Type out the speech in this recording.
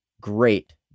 great